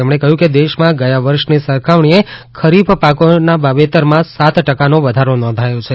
તેમણે કહ્યું કે દેશમાં ગયા વર્ષની સરખામણીએ ખરીફ પાકોના વાવેતરમાં સાત ટકાનો વધારો નોંધાયો છે